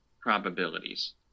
probabilities